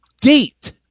date